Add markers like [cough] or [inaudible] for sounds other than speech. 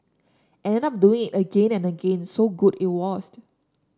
and ended up doing again and again so good it was [unintelligible]